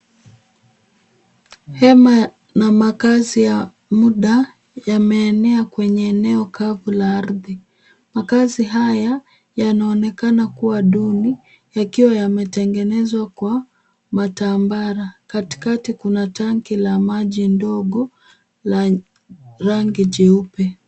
Hema na makazi ya muda yameenea kwenye eneo kavu la ardhi. Makazi haya yanaonekana kuwa duni yakiwa yametengenezwa kwa matambara. Kaikati kuna tanki la maji ndogo la rangi jeupe.